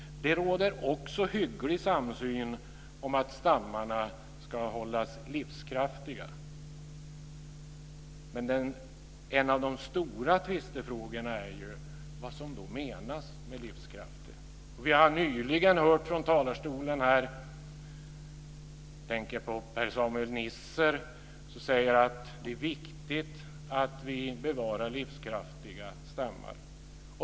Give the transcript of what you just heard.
Det råder också hygglig samsyn om att stammarna ska hållas livskraftiga. En av de stora tvistefrågorna är vad som menas med livskraftig. Vi har nyligen här från talarstolen hört Per Samuel Nisser. Han säger att det är viktigt att vi bevarar livskraftiga stammar.